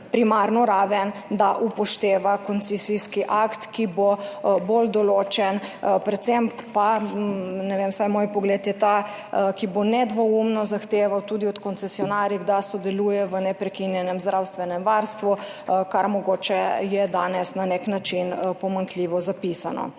primarno raven, da upošteva koncesijski akt, ki bo bolj določen, predvsem pa, ne vem, vsaj moj pogled je ta, ki bo nedvoumno zahteval tudi od koncesionarjev, da sodelujejo v neprekinjenem zdravstvenem varstvu, kar je mogoče danes na nek način pomanjkljivo zapisano.